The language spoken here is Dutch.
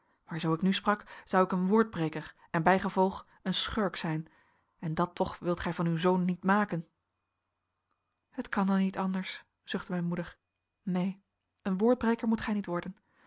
maar zoo ik nu sprak zou ik een woordbreker en bijgevolg een schurk zijn en dat toch wilt gij van uw zoon niet maken het kan dan niet anders zuchtte mijn moeder neen een woordbreker moet gij niet worden